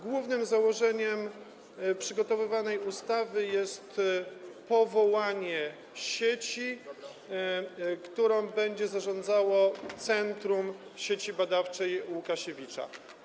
Głównym założeniem przygotowywanej ustawy jest powołanie sieci, którą będzie zarządzało centrum Sieci Badawczej: Łukasiewicz.